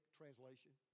translation